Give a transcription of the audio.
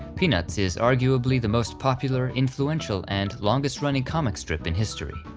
peanuts is arguably the most popular, influential, and longest-running comic strip in history.